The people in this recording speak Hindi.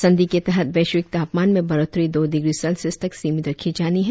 संधि के तहत वैश्विक तापमान में बढोत्तरी दो डिग्री सेल्सियस तक सीमित रखी जानी है